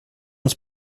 uns